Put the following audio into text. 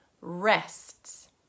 rests